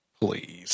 Please